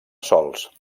sòls